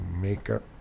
makeup